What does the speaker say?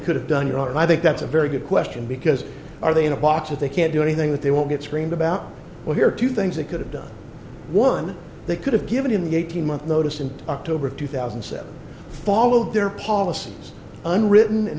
could have done it and i think that's a very good question because are they in a box that they can't do anything that they won't get screamed about well here are two things they could have done one they could have given the eighteen month notice in october of two thousand and seven followed their policies unwritten